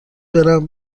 برم